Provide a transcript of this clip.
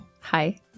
Hi